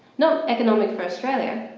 not economic for australia,